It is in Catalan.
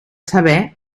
saber